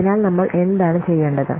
അതിനാൽ നമ്മൾ എന്താണ് ചെയ്യേണ്ടത്